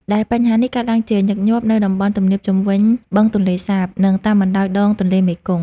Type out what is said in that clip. ដែលបញ្ហានេះកើតឡើងជាញឹកញាប់នៅតំបន់ទំនាបជុំវិញបឹងទន្លេសាប និងតាមបណ្តោយដងទន្លេមេគង្គ។